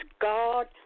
God